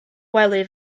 wely